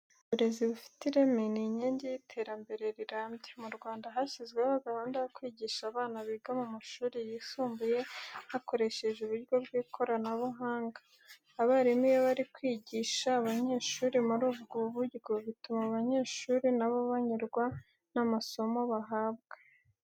Uburezi bufite ireme ni inkingi y'iterambere rirambye. Mu Rwanda hashyizweho gahunda yo kwigisha abana biga mu mashuri yisumbuye, hakoreshejwe uburyo bw'ikoranabuhanga. Abarimu iyo bari kwigisha abanyesuri muri ubu buryo, bituma abanyeshuri na bo banyurwa n'amasomo bahabwa.